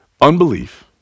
Unbelief